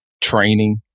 training